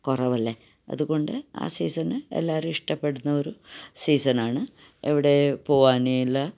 കുറവല്ല അതുകൊണ്ട് ആ സീസണ് എല്ലാവരും ഇഷ്ടപ്പെടുന്നൊരു സീസണാണ് എവിടെ പോകാനല്ല